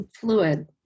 fluid